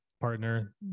partner